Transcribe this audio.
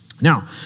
Now